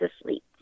asleep